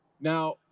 Now